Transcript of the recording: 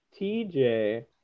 TJ